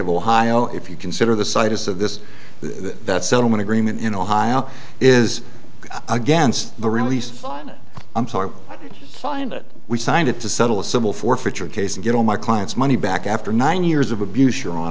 of ohio if you consider the site as of this the settlement agreement in ohio is against the release fine i'm sorry find it we signed it to settle a civil forfeiture case and get all my clients money back after nine years of abuse your hon